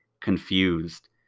confused